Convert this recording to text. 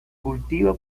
cultiva